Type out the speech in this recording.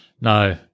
No